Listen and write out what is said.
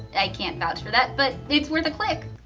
i can't vouch for that but it's worth a click.